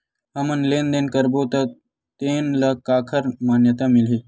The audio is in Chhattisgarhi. हमन लेन देन करबो त तेन ल काखर मान्यता मिलही?